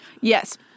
Yes